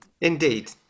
Indeed